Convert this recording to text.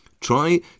Try